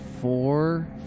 four